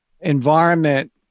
environment